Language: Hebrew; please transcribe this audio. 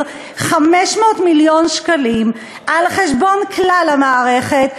500 מיליון שקלים על חשבון כלל המערכת,